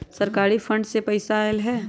सरकारी फंड से पईसा आयल ह?